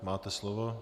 Máte slovo.